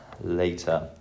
later